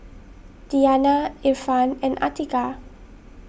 Diyana Irfan and Atiqah